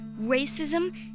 racism